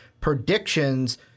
predictions